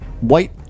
white